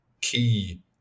key